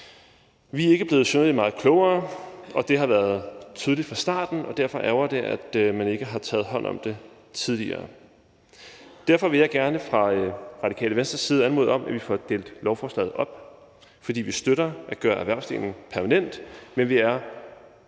Vi er ikke blevet synderlig meget klogere, og det har været tydeligt fra starten, og derfor ærgrer det, at man ikke har taget hånd om det tidligere. Derfor vil jeg gerne fra Radikale Venstres side anmode om, at vi får delt lovforslaget op, for vi støtter at gøre erhvervsdelen permanent, men vi er